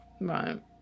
Right